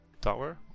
tower